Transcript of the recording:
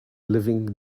living